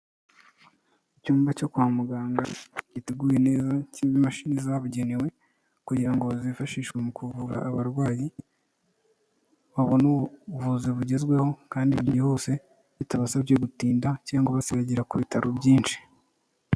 Icyumba cyo kwa muganga giteguye neza, kirimo imashini zabugenewe kugira ngo zifashishwe mu kuvura abarwayi, babone ubuvuzi bugezweho kandi bwihuse, bitabasabye gutinda cyangwa basiragira ku bitaro byinshi.